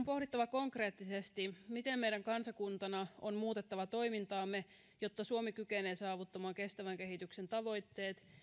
pohdittava konkreettisesti miten meidän kansakuntana on muutettava toimintaamme jotta suomi kykenee saavuttamaan kestävän kehityksen tavoitteet